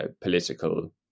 political